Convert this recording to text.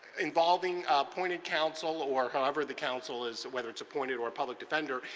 involving appointed counsel or however the council is, whether it's appointed or a public defender,